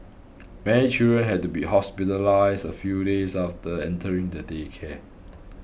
many children had to be hospitalised a few days after entering the daycare